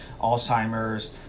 Alzheimer's